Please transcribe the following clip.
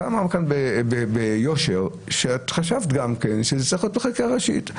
אפשר לומר כאן ביושר שאת חשבת גם כן שזה צריך להיות בחקיקה ראשית,